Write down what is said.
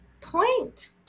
point